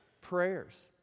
prayers